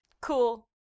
Cool